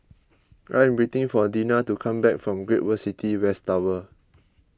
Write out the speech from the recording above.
I am waiting for Deena to come back from Great World City West Tower